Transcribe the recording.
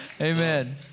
Amen